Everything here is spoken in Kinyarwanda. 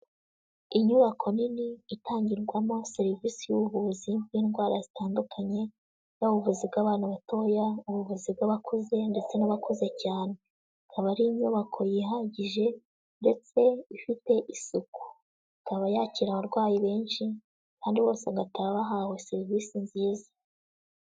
Inyubako nini itangirwamo serivisi y'ubuvuzi bw'indwara zitandukanye, yaba ubuvuzi bw'abantu batoya, ubuvuzi bw'abakuze ndetse n'abakuze cyane, ikaba ari inyubako yihagije ndetse ifite isuku, ikaba yakira abarwayi benshi kandi bose bagataha bahawe serivisi nziza.